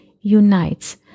unites